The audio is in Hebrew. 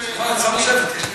הצעה נוספת.